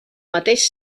mateix